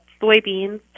soybeans